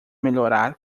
melhorar